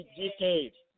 decade